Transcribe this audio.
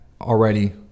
already